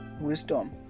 wisdom